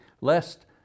lest